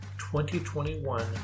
2021